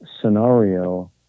scenario